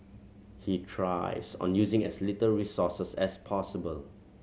he thrives on using as little resources as possible